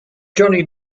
johnny